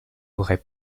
aurait